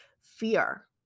fear